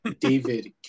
David